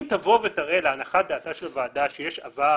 אם תבוא ותראה להנחת דעתה של הוועדה שיש עבר